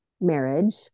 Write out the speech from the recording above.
marriage